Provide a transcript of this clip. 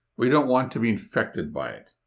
we don't want to be infected by it,